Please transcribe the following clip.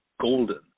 Golden